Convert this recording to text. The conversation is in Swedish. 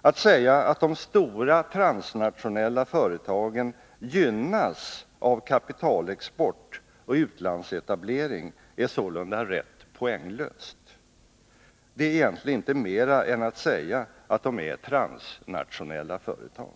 Att säga att de stora transnationella företagen gynnas av kapitalexport och utlandsetablering är sålunda rätt poänglöst. Det är egentligen inte mera än att säga att de är transnationella företag.